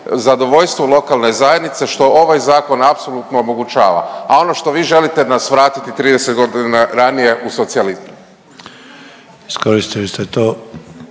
zadovoljstvu lokalne zajednice što ovaj zakon apsolutno omogućava. A ono što vi želite nas vratiti 30 godina ranije u socijalizam.